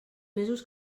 mesos